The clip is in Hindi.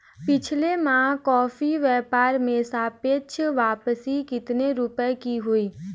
पिछले माह कॉफी व्यापार में सापेक्ष वापसी कितने रुपए की हुई?